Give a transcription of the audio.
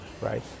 right